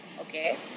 Okay